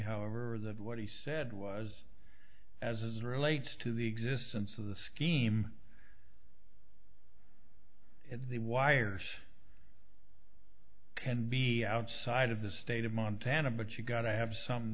however that what he said was as relates to the existence of the scheme the wire can be outside of the state of montana but you've got to have some